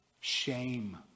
shame